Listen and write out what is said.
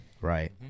Right